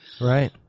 Right